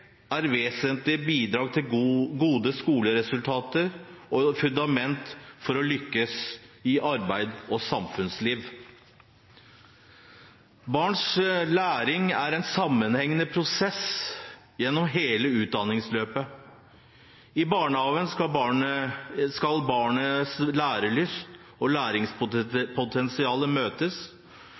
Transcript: er vesentlige bidrag til gode skoleresultater og et fundament for å lykkes i arbeids- og samfunnsliv. Barns læring er en sammenhengende prosess gjennom hele utdanningsløpet. I barnehagen skal barnets lærelyst og læringspotensial møtes